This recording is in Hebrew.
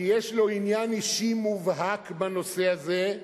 כי יש לו עניין אישי מובהק בנושא הזה,